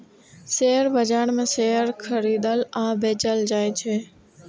share बाजार मे share खरीदल आ बेचल जाइ छै